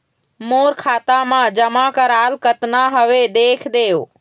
मोर खाता मा जमा कराल कतना हवे देख देव?